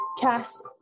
Cass